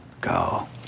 go